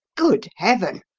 good heaven!